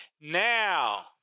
Now